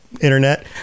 internet